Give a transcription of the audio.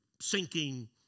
sinking